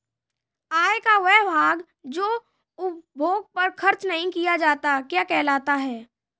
आय का वह भाग जो उपभोग पर खर्च नही किया जाता क्या कहलाता है?